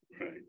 Right